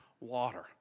water